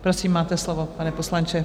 Prosím, máte slovo, pane poslanče.